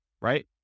right